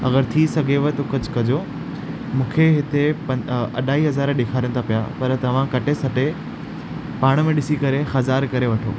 अगरि थी सघेव त कुझु कजो मूंखे हिते अढाई हज़ार ॾेखारनि था पिया पर तव्हां कटे सटे पाण में ॾिसी करे हज़ारु करे वठो